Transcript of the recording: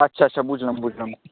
আচ্ছা আচ্ছা বুঝলাম বুঝলাম